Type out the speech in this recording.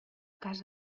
casa